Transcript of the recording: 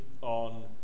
on